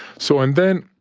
so and then,